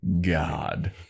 God